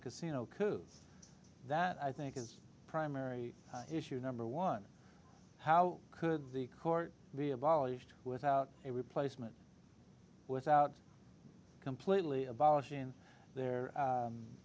a casino coup that i think is primary issue number one how could the court be abolished without a replacement without completely abolishing the